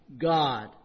God